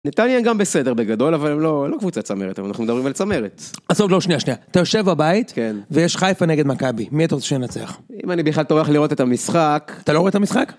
נתניה הם גם בסדר, בגדול, אבל הם לא קבוצה צמרת, אנחנו מדברים על צמרת. עזוב לא, שנייה, שנייה. אתה יושב בבית, ויש חיפה נגד מכבי, מי אתה רוצה שינצח? אם אני בכלל טורח לראות את המשחק... אתה לא רואה את המשחק?